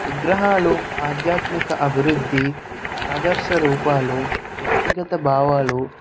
విగ్రహాలు ఆధ్యాత్మిక అభివృద్ధి ఆదర్శ రూపాలు వ్యక్తిగత భావాలు